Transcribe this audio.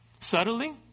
Subtly